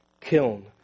kiln